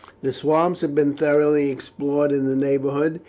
the swamps had been thoroughly explored in the neighbourhood,